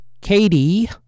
Katie